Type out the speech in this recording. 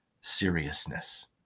seriousness